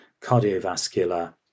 cardiovascular